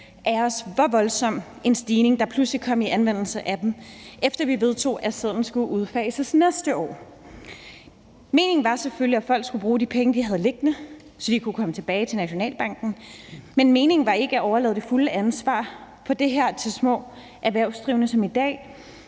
af os, hvor voldsom en stigning der pludselig kom i anvendelsen af dem, efter at vi vedtog, at sedlen skulle udfases næste år. Meningen var selvfølgelig, at folk skulle bruge de penge, de havde liggende, så de kunne komme tilbage til Nationalbanken; meningen var ikke at overlade det fulde ansvar for det her til små erhvervsdrivende, som i dag